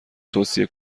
توصیه